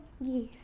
Yes